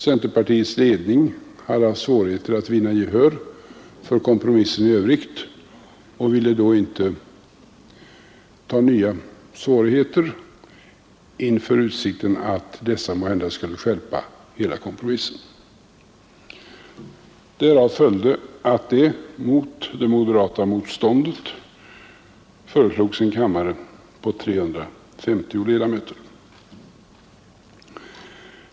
Centerpartiets ledning hade haft svårigheter med att vinna gehör för kompromissen i övrigt och ville då inte skapa nya svårigheter inför utsikten att dessa måhända skulle stjälpa hela kompromissen. Därav följde att det trots moderata samlingspartiets motstånd föreslogs en kammare med 350 ledamöter.